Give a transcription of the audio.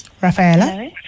Rafaela